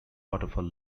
waterfall